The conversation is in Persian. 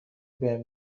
بهم